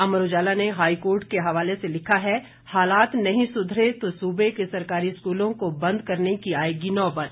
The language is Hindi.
अमर उजाला ने हाईकोर्ट के हवाले से लिखा है हालात नहीं सुधरे तो सूबे के सरकारी स्कूलों को बंद करने की आएगी नौबत